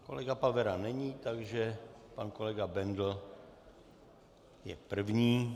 Kolega Pavera není, takže pan kolega Bendl je první.